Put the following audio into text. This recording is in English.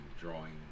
drawing